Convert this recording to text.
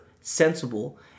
sensible